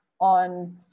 on